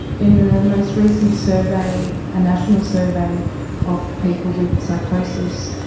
in the most recent survey, a national survey of people with psychosis,